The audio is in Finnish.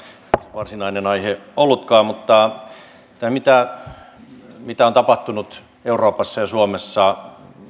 varsinainen aihe ollutkaan mutta tämä mitä mitä on tapahtunut euroopassa ja suomessa